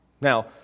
Now